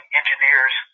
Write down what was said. engineers